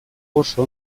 oso